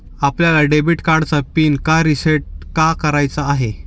आपल्याला डेबिट कार्डचा पिन का रिसेट का करायचा आहे?